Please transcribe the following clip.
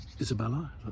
Isabella